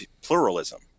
pluralism